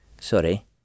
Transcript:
sorry